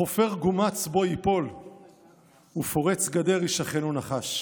"חפר גומץ בו יפול ופרץ גדר ישכנו נחש".